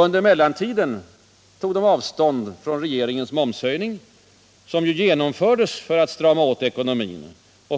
Under mellantiden tog de avstånd från regeringens momshöjning, som genomfördes för att strama åt ekonomin,